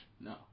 No